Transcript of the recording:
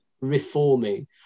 reforming